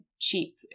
cheap